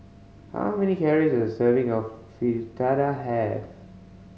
how many calories does a serving of Fritada have